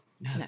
no